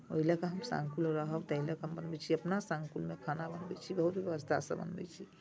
ओहि लऽ कऽ हम शांकुल रहब ताहि लऽ कऽ बनबै छी अपना शांकुलमे खाना बनबै छी बहुत व्यवस्थासँ बनबै छी